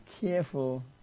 careful